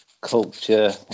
culture